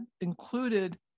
included